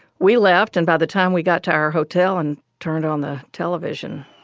we left and by the time we got to our hotel and turned on the television,